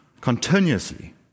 continuously